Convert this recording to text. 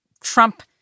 Trump